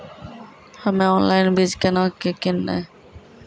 हम्मे ऑनलाइन बीज केना के किनयैय?